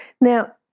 now